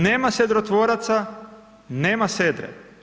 Nema se sedrotvoraca, nema sedre.